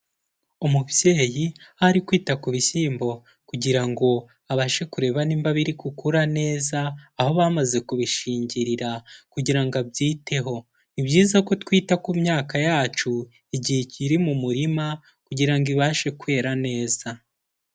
Umubyeyi aho ari kwita ku bishyimbo kugira ngo abashe kureba nimba biri gukura neza aho bamaze kubishingirira kugira ngo abyiteho, ni byiza ko twita ku myaka yacu igihe ikiri mu murima kugira ngo ibashe kwera neza.